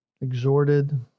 exhorted